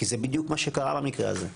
כי זה בדיוק מה שקרה במקרה הזה.